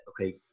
okay